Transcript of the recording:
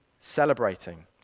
Celebrating